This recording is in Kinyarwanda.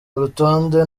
urutonde